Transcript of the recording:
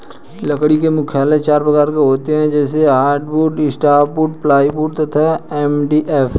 लकड़ी के मुख्यतः चार प्रकार होते हैं जैसे हार्डवुड, सॉफ्टवुड, प्लाईवुड तथा एम.डी.एफ